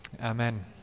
amen